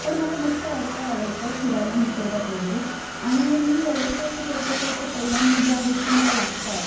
पण मला मस्त वाटतं आवडतं फिरायला निसर्गात वगैरे आणि मी व्यवस्था अशी करत असेल तर पहिला मी ज्या गोष्टी मला लागतात